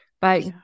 But-